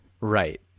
right